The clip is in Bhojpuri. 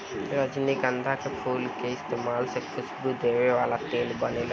रजनीगंधा के फूल के इस्तमाल से खुशबू देवे वाला तेल बनेला